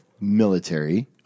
military